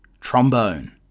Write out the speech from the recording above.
trombone